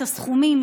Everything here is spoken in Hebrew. את הסכומים,